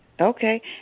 Okay